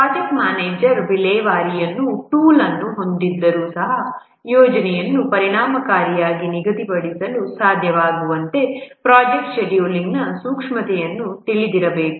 project manager ವಿಲೇವಾರಿಯಲ್ಲಿ tool ಅನ್ನು ಹೊಂದಿದ್ದರೂ ಸಹ ಯೋಜನೆಯನ್ನು ಪರಿಣಾಮಕಾರಿಯಾಗಿ ನಿಗದಿಪಡಿಸಲು ಸಾಧ್ಯವಾಗುವಂತೆ ಪ್ರಾಜೆಕ್ಟ್ ಶೆಡ್ಯೂಲಿಂಗ್ನ ಸೂಕ್ಷ್ಮತೆಯನ್ನು ತಿಳಿದಿರಬೇಕು